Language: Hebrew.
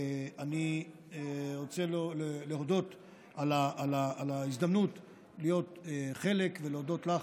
אני רוצה להודות על ההזדמנות להיות חלק ולהודות לך,